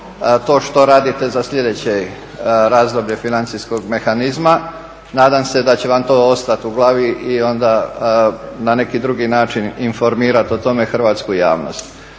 to što radite za sljedeće razdoblje financijskog mehanizma. Nadam se da će vam to ostati u glavi i onda na neki drugi način informirati o tome hrvatsku javnost.